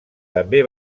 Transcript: també